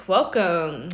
Welcome